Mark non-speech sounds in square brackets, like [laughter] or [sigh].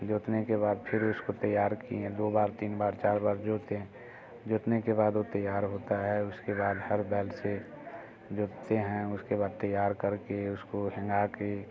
जोतने के बाद फिर उसको तैयार किए दो बार तीन बार चार बार जोते जोतने के बाद वो तैयार होता है उसके बाद हर बैल से जोतते हैं उसके बाद तैयार कर के उसको [unintelligible] के